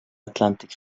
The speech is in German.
atlantik